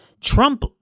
Trump